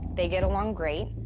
they get along great.